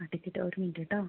ആ ടിക്കറ്റ് ഒരു മിനുട്ട് കേട്ടോ